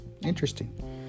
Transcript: Interesting